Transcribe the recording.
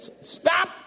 Stop